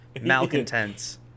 malcontents